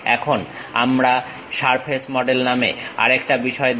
এখন আমরা surface model নামে আরেকটা বিষয়ে দেখব